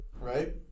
Right